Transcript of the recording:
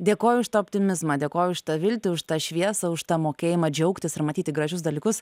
dėkoju už tą optimizmą dėkoju už tą viltį už tą šviesą už tą mokėjimą džiaugtis ir matyti gražius dalykus